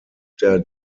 der